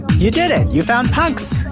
you did it. you found punks.